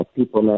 People